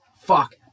fuck